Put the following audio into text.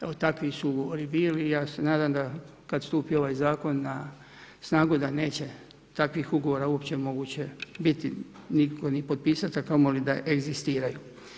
Evo, takvi su ugovori bili i ja se nadam, da kad stupi ovaj zakon na snagu, da neće takvih ugovora uopće moguće biti, nitko niti potpisati, a kamo li da egzistiraju.